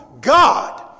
God